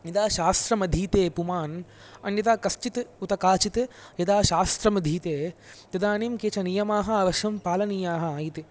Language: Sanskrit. यदाशास्त्रमधीते पुमान् अन्यथा कश्चित् उत काचित् यदा शास्त्रमधीते तदानीं केचन नियमाः अवश्यं पालनीयाः इति